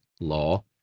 law